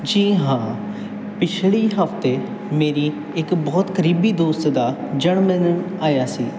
ਜੀ ਹਾਂ ਪਿਛਲੀ ਹਫ਼ਤੇ ਮੇਰੀ ਇੱਕ ਬਹੁਤ ਕਰੀਬੀ ਦੋਸਤ ਦਾ ਜਨਮ ਦਿਨ ਆਇਆ ਸੀ